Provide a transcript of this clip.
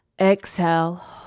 Exhale